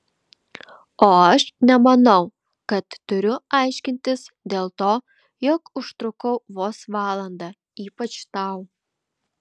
o aš nemanau kad turiu aiškintis dėl to jog užtrukau vos valandą ypač tau